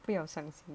不要伤心